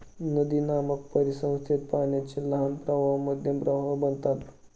नदीनामक परिसंस्थेत पाण्याचे लहान प्रवाह मध्यम प्रवाह बनतात